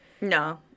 No